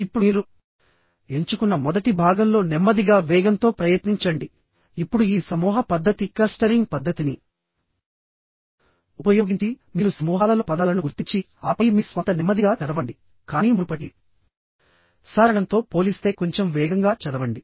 ఇప్పుడు మీరు ఎంచుకున్న మొదటి భాగంలో నెమ్మదిగా వేగంతో ప్రయత్నించండి ఇప్పుడు ఈ సమూహ పద్ధతి క్లస్టరింగ్ పద్ధతిని ఉపయోగించి మీరు సమూహాలలో పదాలను గుర్తించిఆపై మీ స్వంత నెమ్మదిగా చదవండి కానీ మునుపటి సాధారణంతో పోలిస్తే కొంచెం వేగంగా చదవండి